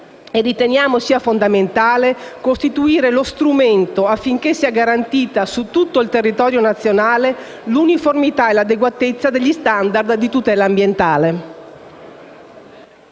riteniamo sia fondamentale costituire lo strumento affinché sia garantita, su tutto il territorio nazionale, l'uniformità e l'adeguatezza degli *standard* di tutela ambientale.